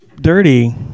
dirty